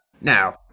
Now